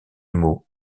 mots